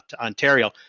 ontario